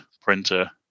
printer